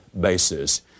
basis